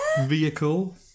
vehicle